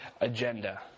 agenda